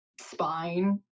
spine